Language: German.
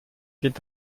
geht